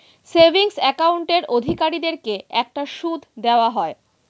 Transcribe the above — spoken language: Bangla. সেভিংস অ্যাকাউন্টের অধিকারীদেরকে একটা সুদ দেওয়া হয়